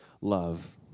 love